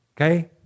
Okay